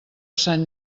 sant